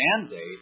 mandate